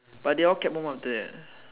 but they all cab home after that